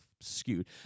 skewed